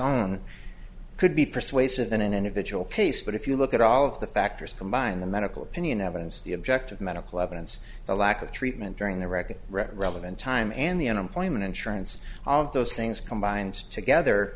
own could be persuasive in an individual case but if you look at all of the factors combine the medical opinion evidence the objective medical evidence the lack of treatment during the record relevant time and the unemployment insurance all of those things combined together